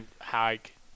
hike